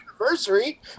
anniversary